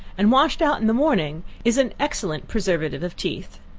and washed out in the morning, is an excellent preservative of teeth.